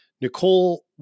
Nicole